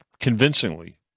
convincingly